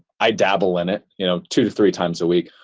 i dabble in it you know two to three times a week.